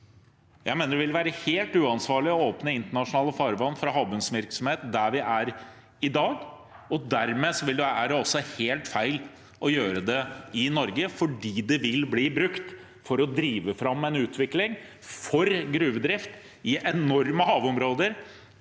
Jeg mener det ville være helt uansvarlig å åpne internasjonalt farvann for havbunnsvirksomhet der vi er i dag. Dermed vil det også være helt feil å gjøre det i Norge, fordi det vil bli brukt for å drive fram en utvikling for gruvedrift i enorme havområder,